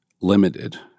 limited